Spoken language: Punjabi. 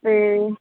ਅਤੇ